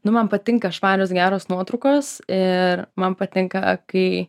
nu man patinka švarios geros nuotraukos ir man patinka kai